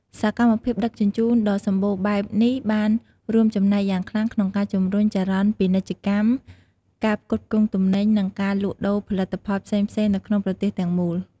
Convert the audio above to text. សកម្មភាពដឹកជញ្ជូនដ៏សម្បូរបែបនេះបានរួមចំណែកយ៉ាងខ្លាំងក្នុងការជំរុញចរន្តពាណិជ្ជកម្ម ការផ្គត់ផ្គង់ទំនិញ និងការលក់ដូរផលិតផលផ្សេងៗនៅក្នុងប្រទេសទាំងមូល។